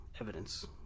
evidence